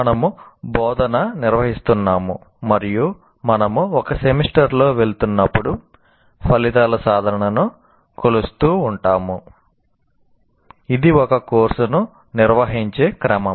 మనము బోధన నిర్వహిస్తున్నాము మరియు మనము ఒక సెమిస్టర్లో వెళుతున్నప్పుడు ఫలితాల సాధనను కొలుస్తూ ఉంటాము ఇది ఒక కోర్సును నిర్వహించే క్రమం